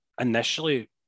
initially